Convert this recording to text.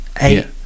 eight